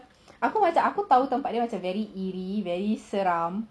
aku macam tahu tempat dia very eerie very seram